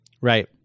Right